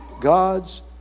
God's